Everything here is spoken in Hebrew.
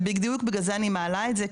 ובדיוק בגלל זה אני מעלה את זה,